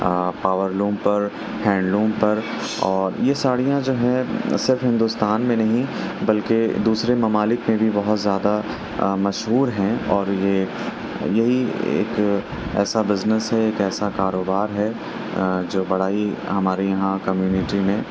power loom پر hand loom پر اور یہ ساڑیاں جو ہے صرف ہندوستان میں نہیں بلکہ دوسرے ممالک میں بھی بہت زیادہ مشہور ہیں اور یہ یہی ایک ایسا بزنس ہے ایک ایسا کاروبار ہے جو بڑا ہی ہمارے یہاں کمیونٹی میں